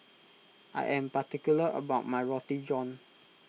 I am particular about my Roti John